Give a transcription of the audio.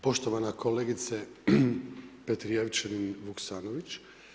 Poštovana kolegice Petrijevčanin-Vuksanović.